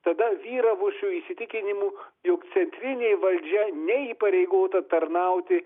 tada vyravusiu įsitikinimu jog centrinė valdžia ne įpareigota tarnauti